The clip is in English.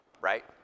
right